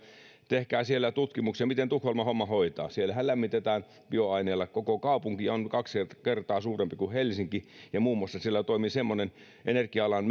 tehkää siellä tutkimuksia miten tukholma homman hoitaa siellähän lämmitetään bioaineilla koko kaupunki on kaksi kertaa suurempi kuin helsinki ja siellä toimii muun muassa semmoinen energia alan